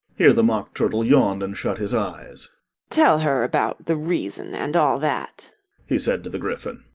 here the mock turtle yawned and shut his eyes tell her about the reason and all that he said to the gryphon.